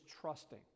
trusting